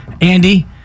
Andy